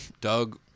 Doug